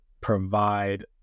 provide